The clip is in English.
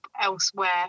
elsewhere